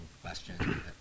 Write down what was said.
question